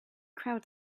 crowd